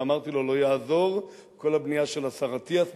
ואמרתי לו: לא תעזור כל הבנייה של השר אטיאס,